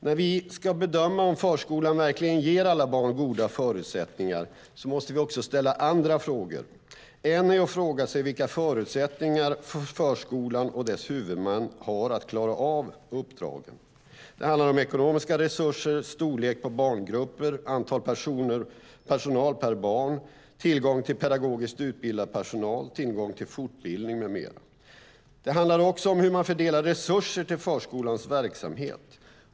När vi ska bedöma om förskolan verkligen ger alla barn goda förutsättningar måste vi också ställa andra frågor. En är att fråga sig vilka förutsättningar förskolan och dess huvudmän har att klara av uppdragen. Det handlar om ekonomiska resurser, storlek på barngrupper, antal personal per barn, tillgång till pedagogiskt utbildad personal, tillgång till fortbildning med mera. Det handlar också om hur man fördelar resurser till förskolans verksamhet.